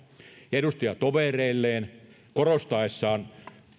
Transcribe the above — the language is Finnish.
edustajatovereilleen korostaessaan